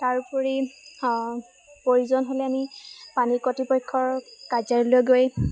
তাৰোপৰি প্ৰয়োজন হ'লে আমি পানী কৰ্তৃপক্ষৰ কাৰ্যালয়লৈ গৈ